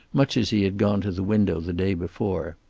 much as he had gone to the window the day before.